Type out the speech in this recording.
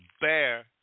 bear